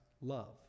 love